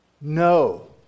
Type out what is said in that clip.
no